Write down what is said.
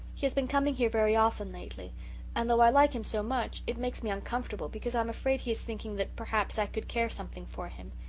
he has been coming here very often lately and though i like him so much it makes me uncomfortable, because i am afraid he is thinking that perhaps i could care something for him.